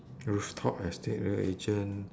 rooftop estate real agent